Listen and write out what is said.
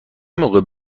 موقع